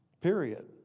Period